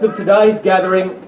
today's gathering